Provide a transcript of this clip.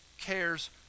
cares